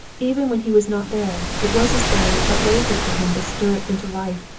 even when he was not there it was as though it but waited for him to stir it into life,